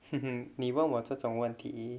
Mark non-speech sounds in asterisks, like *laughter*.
*laughs* 你问我这种问题